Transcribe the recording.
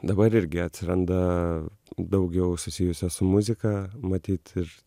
dabar irgi atsiranda daugiau susijusių su muzika matyt ir